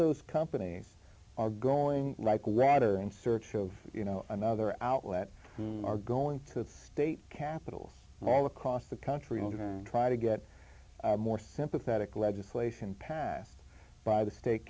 those companies are growing right rather in search of you know another outlet are going to state capitals all across the country and try to get more sympathetic legislation passed by the state